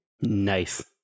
Nice